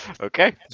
Okay